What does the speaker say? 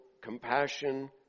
compassion